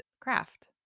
craft